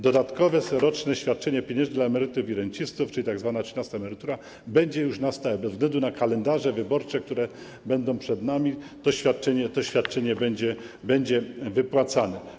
Dodatkowe roczne świadczenie pieniężne dla emerytów i rencistów, czyli tzw. trzynasta emerytura, będzie już na stałe, bez względu na kalendarze wyborcze, które będą przed nami, to świadczenie będzie wypłacane.